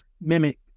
mimic